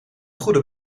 goede